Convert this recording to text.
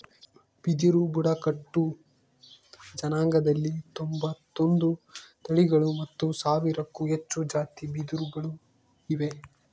ಬಿದಿರು ಬುಡಕಟ್ಟು ಜನಾಂಗದಲ್ಲಿ ತೊಂಬತ್ತೊಂದು ತಳಿಗಳು ಮತ್ತು ಸಾವಿರಕ್ಕೂ ಹೆಚ್ಚು ಜಾತಿ ಬಿದಿರುಗಳು ಇವೆ